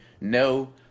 No